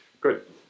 good